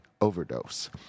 Overdose